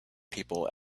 people